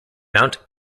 mount